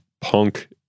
punk